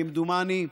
כמדומני.